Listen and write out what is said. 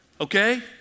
Okay